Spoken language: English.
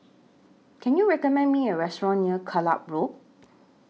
Can YOU recommend Me A Restaurant near Kellock Road